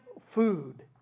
food